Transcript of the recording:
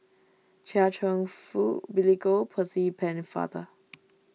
Chia Cheong Fook Billy Koh Percy Pennefather